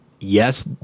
yes